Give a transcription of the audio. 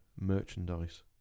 merchandise